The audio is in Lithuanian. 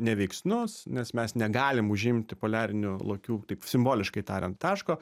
neveiksnus nes mes negalim užimti poliarinių lokių taip simboliškai tariant taško